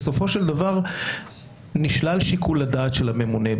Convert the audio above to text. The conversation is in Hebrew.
בסופו של דבר נשלל שיקול הדעת של הממונה.